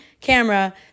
camera